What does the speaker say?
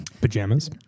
Pajamas